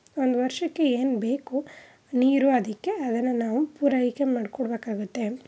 ಒಂದು ವರ್ಷಕ್ಕೆ ಏನು ಬೇಕು ನೀರು ಅದಕ್ಕೆ ಅದನ್ನು ನಾವು ಪೂರೈಕೆ ಮಾಡಿಕೊಡ್ಬೇಕಾಗತ್ತೆ